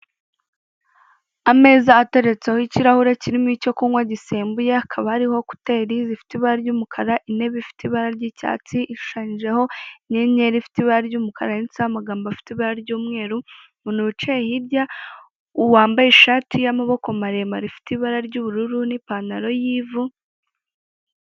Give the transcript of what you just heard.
Ameza ateretseho ikirahure kirimo icyo kunywa gisembuye hakaba hariho kuteri zifite ibara ry'umukara, intebe ifite ibara ry'icyatsi, ishushanyijeho inyenyeri ifite ibara ry'umukara, yanditseho amagambo afite ibara ry'umweru, umuntu wicaye hirya wambaye ishati y'amaboko maremare ifite ibara ry'ubururu n'ipantaro y'ivu.